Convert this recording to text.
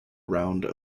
round